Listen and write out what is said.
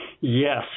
Yes